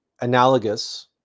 analogous